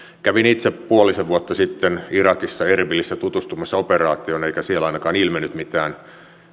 kävin itse puolisen vuotta sitten irakissa erbilissä tutustumassa operaatioon eikä siellä ainakaan ilmennyt mitään